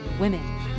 women